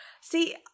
See